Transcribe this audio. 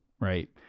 right